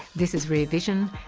this is rear vision,